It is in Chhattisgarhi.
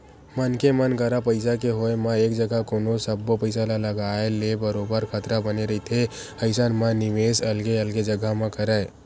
मनखे मन करा पइसा के होय म एक जघा कोनो सब्बो पइसा ल लगाए ले बरोबर खतरा बने रहिथे अइसन म निवेस अलगे अलगे जघा म करय